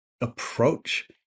approach